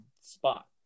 spot